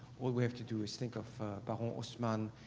all we have to do is think of baron haussmann,